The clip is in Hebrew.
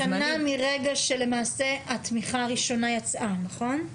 כן, שנה מרגע שלמעשה התמיכה הראשונה יצאה, נכון?